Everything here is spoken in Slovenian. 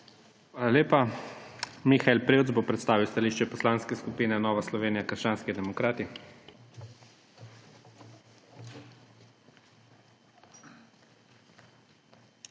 Hvala lepa. Mihael Prevc bo predstavil stališče Poslanske skupine Nova Slovenija – krščanski demokrati. MIHAEL